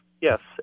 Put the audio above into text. yes